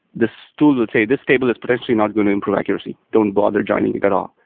this tool will say, this table is potentially not going to improve accuracy. don't bother joining it at all.